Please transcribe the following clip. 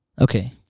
Okay